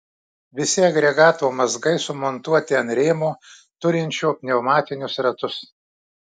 visi agregato mazgai sumontuoti ant rėmo turinčio pneumatinius ratus